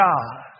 God